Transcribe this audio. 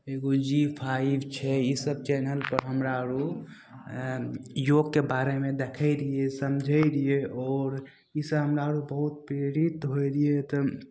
एगो Zee five छै ईसब चैनलपर हमरा रऽ योगके बारेमे देखै रहिए समझै रहिए आओर ईसब हमरा रऽ बहुत प्रेरित होइ रहिए तऽ